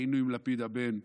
היינו עם לפיד הבן,